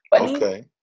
Okay